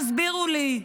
תסבירו לי.